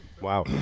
wow